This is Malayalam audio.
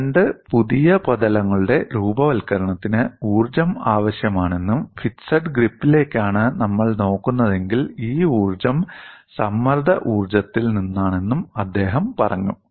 രണ്ട് പുതിയ പ്രതലങ്ങളുടെ രൂപവത്കരണത്തിന് ഊർജ്ജം ആവശ്യമാണെന്നും ഫിക്സഡ് ഗ്രിപ്പിലേക്കാണ് നമ്മൾ നോക്കുന്നതെങ്കിൽ ഈ ഊർജ്ജം സമ്മർദ്ദ ഊർജ്ജത്തിൽ നിന്നാണെന്നും അദ്ദേഹം പറഞ്ഞു